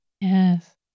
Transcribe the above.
Yes